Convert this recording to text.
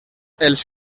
els